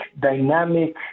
dynamic